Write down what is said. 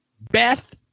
Beth